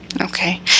Okay